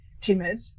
timid